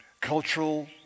cultural